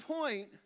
point